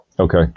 Okay